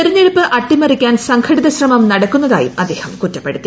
തെരഞ്ഞെടുപ്പ് അട്ടിമറിക്കാൻ സംഘടിത ശ്രമം നടക്കുന്നതായും അദ്ദേഹം കുറ്റപ്പെടുത്തി